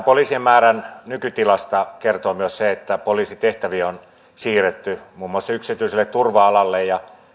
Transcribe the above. poliisien määrän nykytilasta kertoo myös se että poliisitehtäviä on siirretty muun muassa yksityiselle turva alalle ja